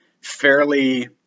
fairly